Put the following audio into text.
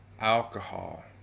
alcohol